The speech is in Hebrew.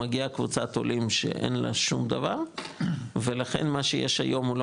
מגיעה קבוצת עולים שאין לה שום דבר ולכן מה שיש היום הוא לא